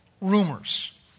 rumors